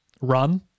Run